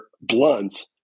blunts